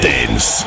Dance